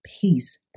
peace